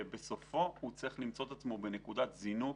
שבסופו הוא צריך למצוא את עצמו בנקודת זינוק